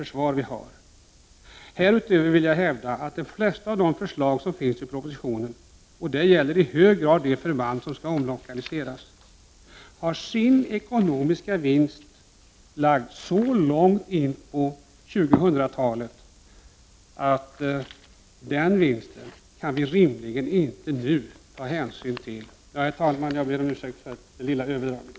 Försvarsministerns nuvarande agerande hotar detta samarbetsklimat och medverkar till att enigheten kring det svenska försvaret kan ifrågasättas. Detta kan på sikt leda till en bristande tilltro till det svenska försvarets styrka och försvarsberedskap.